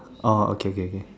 oh okay okay okay